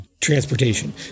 Transportation